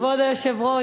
כבוד היושב-ראש,